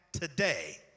today